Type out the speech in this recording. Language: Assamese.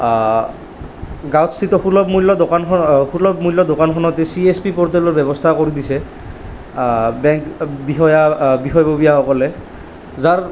গাঁৱত স্থিত সুলভ মূল্যৰ দোকানখন সুলভ মূল্যৰ দোকানখনত চি এছ পি পৰ্টেলৰ ব্যৱস্থা কৰি দিছে বেংক বিষয়া বিষয়ববীয়াসকলে যাৰ